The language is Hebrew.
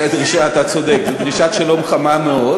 אתה צודק, זאת דרישת שלום חמה מאוד,